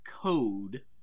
code